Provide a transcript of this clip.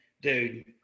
dude